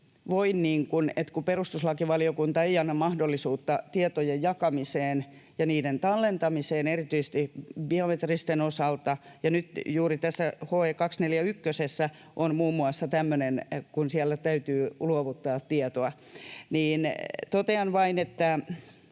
kun perustuslakivaliokunta ei anna mahdollisuutta tietojen jakamiseen ja niiden tallentamiseen erityisesti biometristen osalta, ja nyt juuri tässä HE 241:ssä on muun muassa tämmöinen, kun siellä täytyy luovuttaa tietoa. Totean vain, että